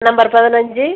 number பதினஞ்சு